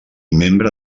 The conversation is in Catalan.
membre